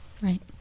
Right